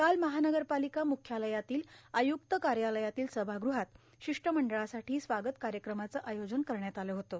काल महानगरपालिका म्ख्यालयातील आय्क्त कायालयातील सभागृहात शिष्टमंडळासाठी स्वागत कायक्रमाचं आयोजन करण्यात आलं होतं